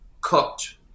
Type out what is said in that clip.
cooked